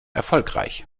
erfolgreich